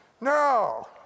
No